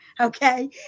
okay